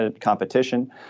competition